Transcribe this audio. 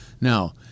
now